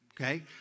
okay